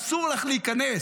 אסור לך להיכנס,